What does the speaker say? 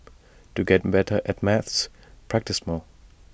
to get better at maths practise more